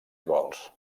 gols